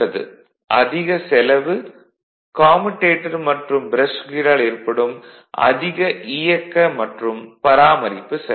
1 அதிக செலவு 2 கம்யூடேட்டர் மற்றும் ப்ரஷ் கியரால் ஏற்படும் அதிக இயக்க மற்றும் பராமரிப்பு செலவு